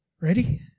Ready